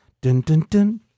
Dun-dun-dun